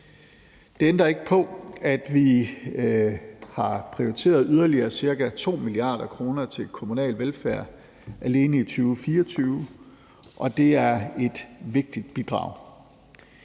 Det ændrer ikke på, at vi har prioriteret yderligere ca. 2 mia. kr. til kommunal velfærd alene i 2024, og det er et vigtigt bidrag,